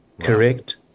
Correct